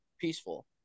peaceful